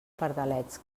pardalets